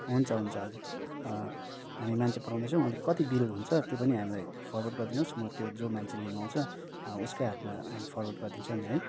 हुन्छ हुन्छ हजुर हामी मान्छे पठाउँदैछौँ अन्त कति बिल हुन्छ त्यो पनि हामीलाई फरवर्ड गरिदिनोस् म त्यो जो मान्छे लिनु आउँछ उसकै हाथमा हामी फरवर्ड गरिदिन्छौँ नि है